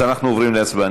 אנחנו עוברים להצבעה.